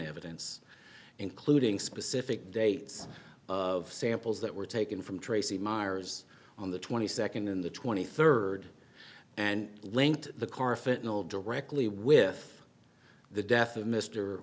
evidence including specific dates of samples that were taken from tracy meyers on the twenty second in the twenty third and linked the car if it will directly with the death of mr